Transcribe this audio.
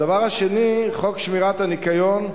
הדבר השני, חוק שמירת הניקיון,